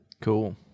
Cool